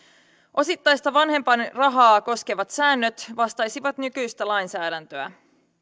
osittaista vanhempainrahaa koskevat säännöt vastaisivat nykyistä lainsäädäntöä